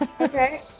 Okay